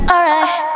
Alright